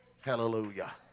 Hallelujah